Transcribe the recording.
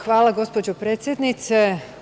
Hvala, gospođo predsednice.